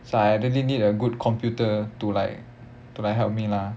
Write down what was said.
so I really need a good computer to like to like help me lah